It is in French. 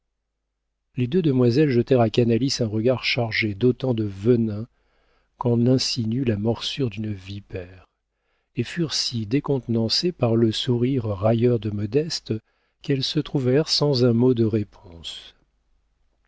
les deux demoiselles jetèrent à canalis un regard chargé d'autant de venin qu'en insinue la morsure d'une vipère et furent si décontenancées par le sourire railleur de modeste qu'elles se trouvèrent sans un mot de réponse